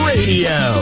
Radio